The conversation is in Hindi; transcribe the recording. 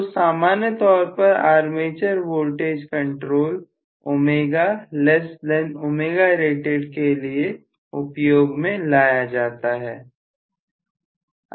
तो सामान्य तौर पर आर्मेचर वोल्टेज कंट्रोल ω ωrated के लिए उपयोग में लाया जाता है